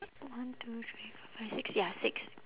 one two three four five six ya six